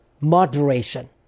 moderation